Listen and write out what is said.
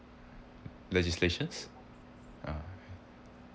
legislations uh